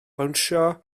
bownsio